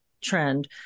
trend